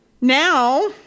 now